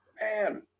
man